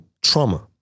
Trauma